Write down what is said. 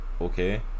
okay